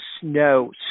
snow